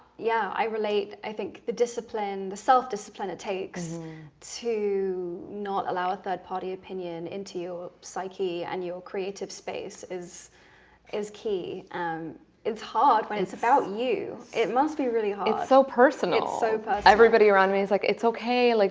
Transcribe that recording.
yeah, i relate i think the discipline the self discipline it takes to not allow a third party opinion into your psyche and your creative space is is key um it's hard when it's about you. it must be really it's so personal so everybody around me is like it's okay, like,